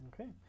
okay